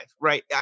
right